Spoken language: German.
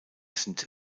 sind